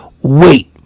wait